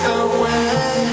away